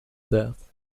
death